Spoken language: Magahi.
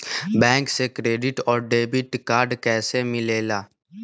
बैंक से क्रेडिट और डेबिट कार्ड कैसी मिलेला?